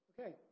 Okay